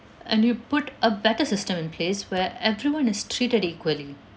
and you put a better system in place where everyone is treated equally